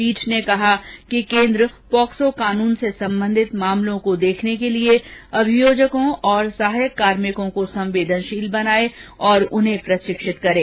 पीठ ने कहा कि केन्द्र पोक्सो कानून से संबंधित मामलों को देखने के लिए अभियोजकों और सहायक कार्मिकों को संवेदनशील बनाये तथा उन्हें प्रशिक्षित करें